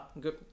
good